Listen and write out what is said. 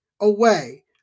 away